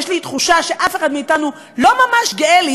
יש לי תחושה שאף אחד מאתנו לא ממש גאה להיות